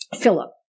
Philip